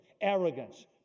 arrogance